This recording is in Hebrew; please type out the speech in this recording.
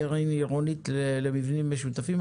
קרן עירונית למבנים משותפים.